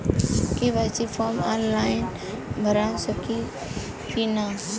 KYC form online भरा सकला की ना?